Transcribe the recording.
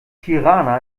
tirana